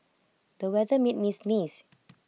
the weather made me sneeze